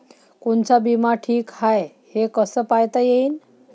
कोनचा बिमा ठीक हाय, हे कस पायता येईन?